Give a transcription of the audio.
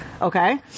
Okay